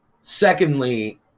Secondly